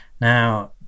Now